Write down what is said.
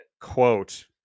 quote